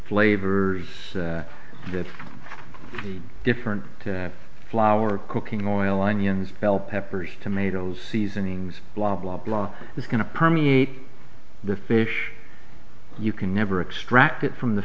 flavors that the different flour cooking oil onions bell peppers tomatoes seasonings blah blah blah is going to permeate the fish you can never extract it from the